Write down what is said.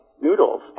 noodles